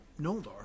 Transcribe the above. Noldor